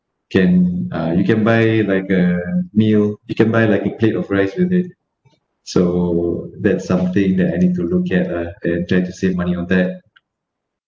can uh you can buy like a meal you can buy like a plate of rice with it so that's something that I need to look at uh and try to save money on that